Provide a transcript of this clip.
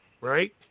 right